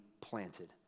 planted